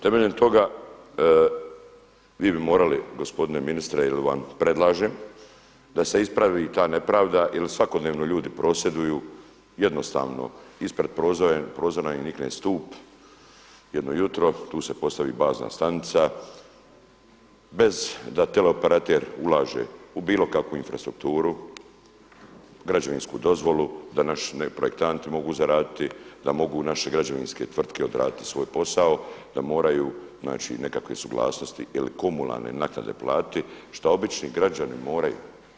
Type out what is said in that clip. Temeljem toga vi bi morali gospodine ministre ili vam predlažem da se ispravi ta nepravda jer svakodnevno ljudi prosvjeduju jednostavno ispred prozora im nikne stup jedno jutro, tu se postavi bazna stanica bez da teleoperater ulaže u bilo kakvu infrastrukturu, građevinsku dozvolu današnji projektanti mogu zaraditi, da mogu naše građevinske tvrtke odraditi svoj posao, da moraju nekakve suglasnosti ili komunalne naknade platiti šta obični građani moraju.